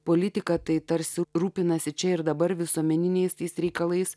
politika tai tarsi rūpinasi čia ir dabar visuomeniniais reikalais